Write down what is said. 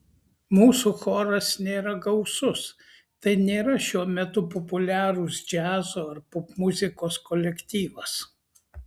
mūsų choras nėra gausus tai nėra šiuo metu populiarūs džiazo ar popmuzikos kolektyvas